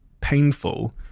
painful